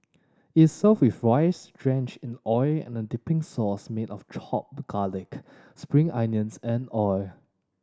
is served with rice drenched in oil with a dipping sauce made of chopped garlic spring onions and oil